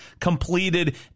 completed